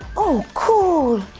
oh cool!